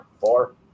Four